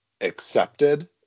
accepted